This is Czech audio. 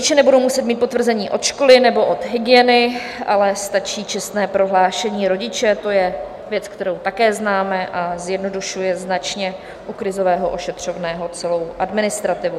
Rodiče nebudou muset mít potvrzení od školy nebo od hygieny, ale stačí čestné prohlášení rodiče to je věc, kterou také známe, a zjednodušuje značně u krizového ošetřovného celou administrativu.